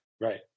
Right